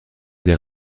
des